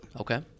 Okay